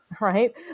right